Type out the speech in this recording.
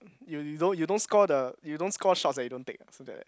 you you don't you don't score the you don't score shots eh then you don't take eh so that